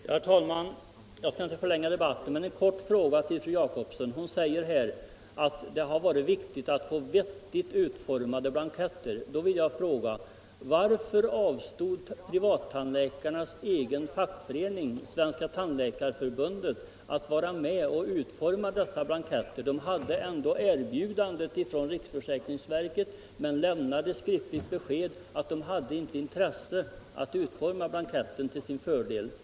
Herr talman! Jag skall inte förlänga debatten, men jag skulle vilja ställa en kort fråga till fru Jacobsson. Hon säger att det har varit viktigt att få vettigt utformade blanketter. Därför skulle jag vilja fråga: Varför avstod privattandläkarnas egen fackförening, Sveriges tandläkarförbund, från att vara med och utforma dessa blanketter? De fick ändå ett erbjudande från riksförsäkringsverket, men tandläkarna lämnade skriftligt besked om att de inte hade något intresse av att vara med och utforma blanketten till sin fördel.